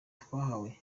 twahawe